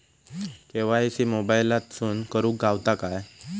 KYC मोबाईलातसून करुक गावता काय?